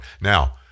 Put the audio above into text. Now